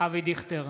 אבי דיכטר,